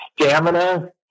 stamina